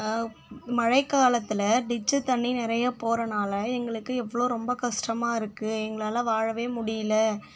மழைக்காலத்துல டிச்சி தண்ணி நிறையா போறதுனால எங்களுக்கு எவ்வளோ ரொம்ப கஷ்டமாக இருக்குது எங்களால் வாழவே முடியிலை